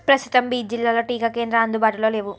ప్రస్తుతం బీద్ జిల్లాలో టీకా కేంద్రాలు అందుబాటులో లేవు